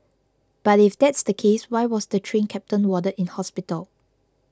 but if that's the case why was the Train Captain warded in hospital